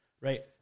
right